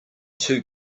too